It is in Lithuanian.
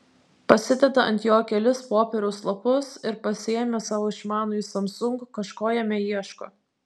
pasideda ant jo kelis popieriaus lapus ir pasiėmęs savo išmanųjį samsung kažko jame ieško